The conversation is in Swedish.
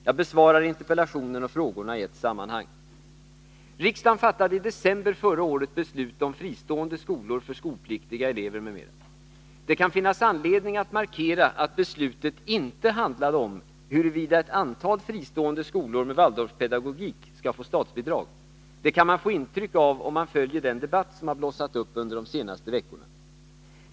Jag besvarar interpellationen och frågorna i ett sammanhang. Riksdagen fattade i december förra året beslut om fristående skolor för skolpliktiga elever m.m. Det kan finnas anledning att markera att beslutet inte handlade om huruvida ett antal fristående skolor med Waldorfpedagogik skall få statsbidrag. Det kan man få intryck av om man följer den debatt som har blossat upp under de senaste veckorna.